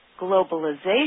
globalization